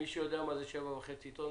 מישהו יודע מה זה 7.5 טון?